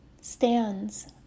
stands